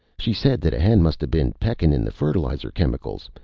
she said that hen musta been pecking in the fertilizer chemicals.